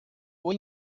fue